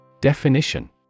Definition